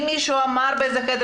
אם מישהו אמר באיזה חדר,